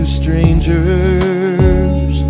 strangers